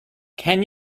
can